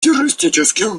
террористических